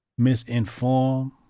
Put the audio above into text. misinform